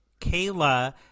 kayla